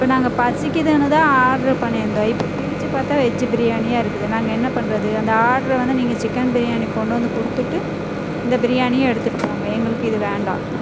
இப்போ நாங்கள் பசிக்கிதுன்னு தான் ஆர்டர் பண்ணியிருந்தோம் இப்போ பிரித்து பார்த்தா வெஜ்ஜி பிரியாணியாக இருக்குது நாங்கள் என்ன பண்ணுறது அந்த ஆர்டர் வந்து நீங்க சிக்கன் பிரியாணி கொண்டு வந்து கொடுத்துட்டு இந்த பிரியாணியை எடுத்துகிட்டு போங்க எங்களுக்கு இது வேண்டாம்